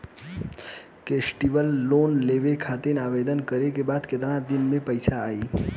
Festival loan लेवे खातिर आवेदन करे क बाद केतना दिन म पइसा आई?